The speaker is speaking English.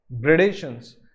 gradations